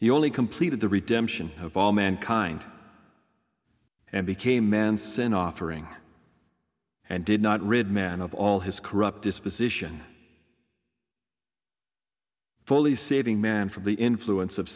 he only completed the redemption of all mankind and became man's sin offering and did not written man of all his corrupt disposition fully saving man from the influence of